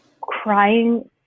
crying